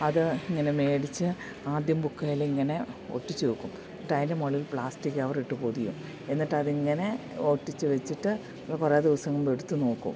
അത് ഇങ്ങനെ മേടിച്ച് ആദ്യം ബുക്കിലിങ്ങനെ ഒട്ടിച്ചു വെക്കും എന്നിട്ടതിൻ്റെ മുകളിൽ പ്ലാസ്റ്റിക് കവറിട്ട് പൊതിയും എന്നിട്ടതിങ്ങനെ ഒട്ടിച്ചു വെച്ചിട്ട് കുറേ ദിവസമാകുമ്പോൾ എടുത്തു നോക്കും